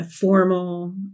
formal